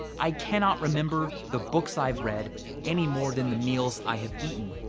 i cannot remember the books i've read any more than the meals i have eaten.